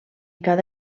cada